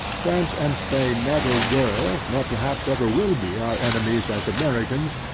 france and spain never were, nor perhaps ever will be our enemies as americans,